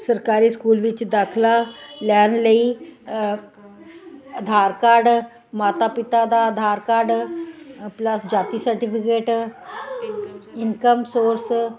ਸਰਕਾਰੀ ਸਕੂਲ ਵਿੱਚ ਦਾਖ਼ਲਾ ਲੈਣ ਲਈ ਅ ਆਧਾਰ ਕਾਰਡ ਮਾਤਾ ਪਿਤਾ ਦਾ ਆਧਾਰ ਕਾਰਡ ਪਲੱਸ ਜਾਤੀ ਸਰਟੀਫਿਕੇਟ ਇਨਕਮ ਸੋਰਸ